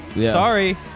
Sorry